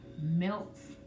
melts